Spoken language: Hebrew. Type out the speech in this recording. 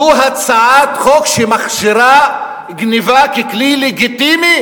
זו הצעת חוק שמכשירה גנבה ככלי לגיטימי,